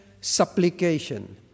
supplication